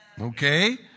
Okay